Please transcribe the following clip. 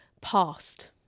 past